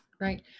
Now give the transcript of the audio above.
Right